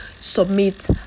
submit